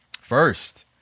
first